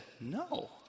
no